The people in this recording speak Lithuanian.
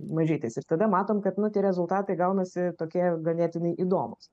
mažytis ir tada matom kad nu tie rezultatai gaunasi tokie ganėtinai įdomūs